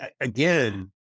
again